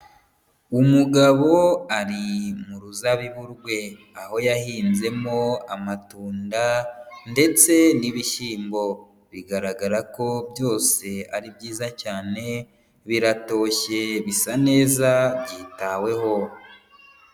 Umugabo ari mu ruzabibu rwe, aho yahinzemo amatunda ndetse n'ibishyimbo, bigaragara ko byose ari byiza cyane, biratoshye bisa neza byitaweho.